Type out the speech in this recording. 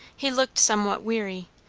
he looked somewhat weary,